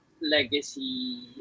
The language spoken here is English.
legacy